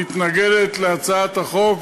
מתנגדת להצעת החוק,